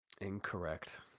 Incorrect